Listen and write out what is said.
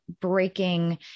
breaking